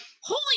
holy